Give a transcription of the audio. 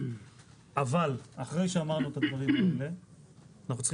אבל אחרי שאמרנו את הדברים האלה אנחנו צריכים